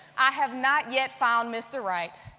i have not yet found mr. right,